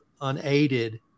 unaided